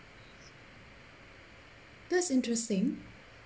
that's interesting